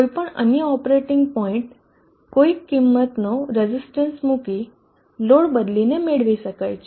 કોઈપણ અન્ય operating point કોઈક કિંમતનો રઝીસ્ટન્સ મૂકી લોડ બદલીને મેળવી શકાય છે